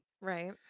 Right